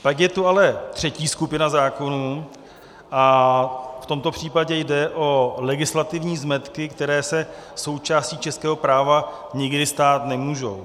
Pak je tu ale třetí skupina zákonů a v tomto případě jde o legislativní zmetky, které se součástí českého práva nikdy stát nemůžou.